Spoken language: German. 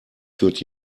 führt